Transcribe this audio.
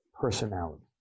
personality